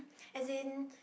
as in